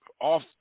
off